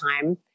time